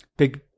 Big